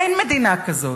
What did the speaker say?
אין מדינה כזאת.